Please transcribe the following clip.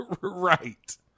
right